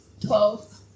Twelve